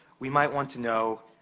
we might want to know